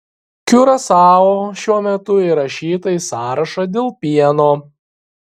kiurasao šiuo metu įrašyta į sąrašą dėl pieno